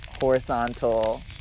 horizontal